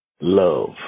love